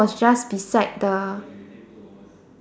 was just beside the